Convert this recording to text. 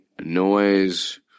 noise